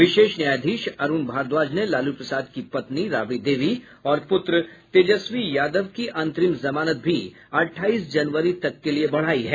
विशेष न्यायाधीश अरुण भारद्वाज ने लालू प्रसाद की पत्नी राबड़ी देवी और पुत्र तेजस्वी यादव की अंतरिम जमानत भी अठाईस जनवरी तक के लिए बढ़ाई है